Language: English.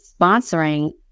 sponsoring